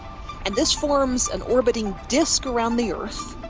and this forms an orbiting disc around the earth.